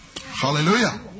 Hallelujah